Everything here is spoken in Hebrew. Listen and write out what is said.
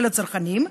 של הצרכנים,